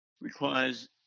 requires